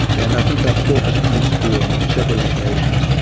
and i think our court has come through and on several occasions,